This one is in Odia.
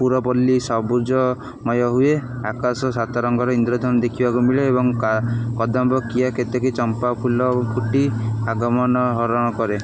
ପୁରପଲ୍ଲୀ ସବୁଜମୟ ହୁଏ ଆକାଶ ସାତ ରଙ୍ଗର ଇନ୍ଦ୍ରଧନୁ ଦେଖିବାକୁ ମିଳେ ଏବଂ କା କଦମ୍ବ କିିଆ କେତେକୀ ଚମ୍ପା ଫୁଲ ଫୁଟି ଆଗମନ ହରଣ କରେ